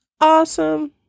awesome